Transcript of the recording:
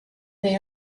they